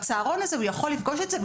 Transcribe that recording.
ובצהרון הזה הוא יכול לפגוש את זה,